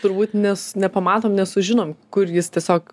turbūt nes nepamatom nesužinom kur jis tiesiog